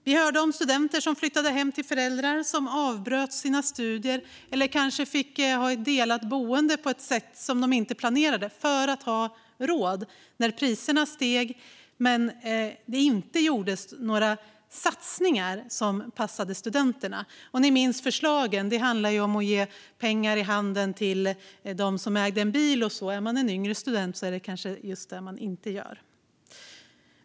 Vi har hört om studenter som flyttat hem till föräldrar, som avbrutit sina studier eller kanske har fått dela boende på ett sätt som de inte hade planerat för att ha råd när priserna steg och det inte gjordes några satsningar som passade studenterna. Det fanns förslag som handlade om att ge pengar i handen till dem som ägde en bil, men om man är en yngre student är det kanske just vad man inte gör.